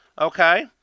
okay